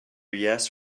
yes